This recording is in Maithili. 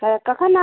तऽ कखन